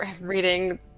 reading